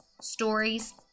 stories